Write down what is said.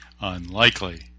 unlikely